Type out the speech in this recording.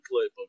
clip